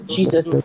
Jesus